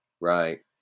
right